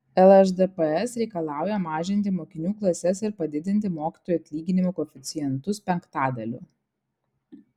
lšdps reikalauja mažinti mokinių klases ir padidinti mokytojų atlyginimų koeficientus penktadaliu